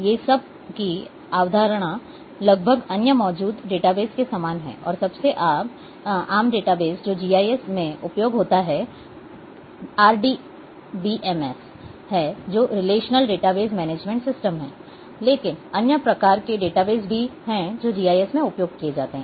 यह सब की अवधारणा लगभग अन्य मौजूद डेटाबेस के समान हैं और सबसे आम डेटाबेस जो जीआईएस में उपयोग किया जाता है RDBMS है जो रिलेशनल डेटाबेस मैनेजमेंट सिस्टम है लेकिन अन्य प्रकार के डेटाबेस भी हैं जो जीआईएस में उपयोग किए जाते हैं